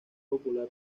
popular